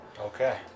Okay